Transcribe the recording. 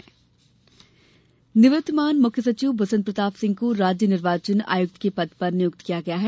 राज्य निर्वाचन आयुक्त निवृत्तमान मुख्यसचिव बसंत प्रताप सिंह को राज्य निर्वाचन आयुक्त के पद पर नियुक्त किया गया है